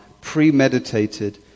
premeditated